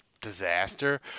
disaster